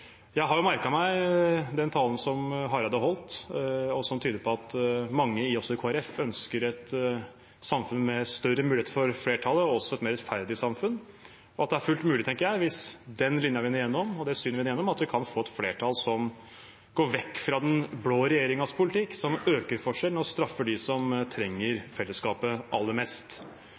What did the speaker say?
Jeg har merket meg den talen som Hareide holdt, og som tyder på at mange, også i Kristelig Folkeparti, ønsker et samfunn med større muligheter for flertallet og også et mer rettferdig samfunn. Det er fullt mulig, tenker jeg, hvis den linja og det synet vinner gjennom, at vi kan få et flertall som går vekk fra den blå regjeringens politikk, som øker forskjellen og straffer dem som trenger fellesskapet aller mest.